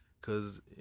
Cause